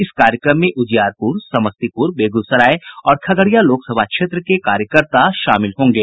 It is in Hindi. इस कार्यक्रम में उजियारपुर समस्तीपुर बेगूसराय और खगड़िया लोकसभा क्षेत्र के कार्यकर्ता शामिल होंगे